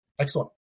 excellent